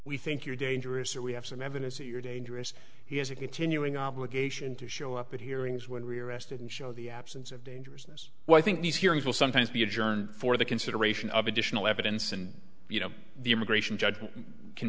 we think you're dangerous or we have some evidence of your dangerous he has a continuing obligation to show up at hearings when we are arrested and show the absence of dangerousness well i think these hearings will sometimes be adjourned for the consideration of additional evidence and you know the immigration judge can